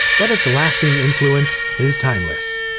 but its lasting influence is timeless.